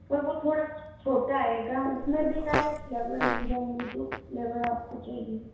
पर वो थोड़ा छोटा आएगा उस में भी सारे फ्लेवर मिल जाएंगे जो फ्लेवर आप को चाहिए